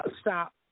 Stop